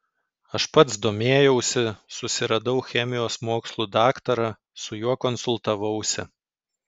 aš pats domėjausi susiradau chemijos mokslų daktarą su juo konsultavausi